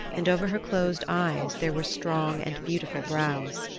and over her closed eyes there were strong and beautiful brows.